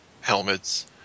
helmets